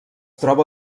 troba